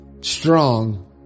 strong